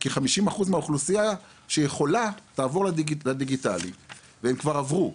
כי 50% מהאוכלוסייה שהיא יכולה תעבור לדיגיטלי והם כבר עברו,